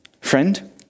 Friend